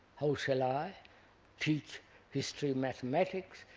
how shall i teach history, mathematics,